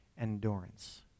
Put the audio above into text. endurance